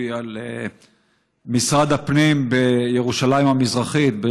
טיבי על משרד הפנים בירושלים המזרחית,